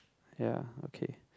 ya okay